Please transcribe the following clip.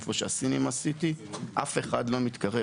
איפה שהסינמה סיטי אף אחד לא מתקרב.